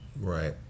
right